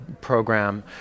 program